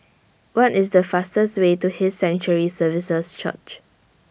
What IS The fastest Way to His Sanctuary Services Church